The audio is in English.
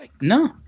No